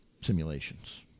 simulations